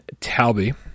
Talby